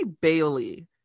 bailey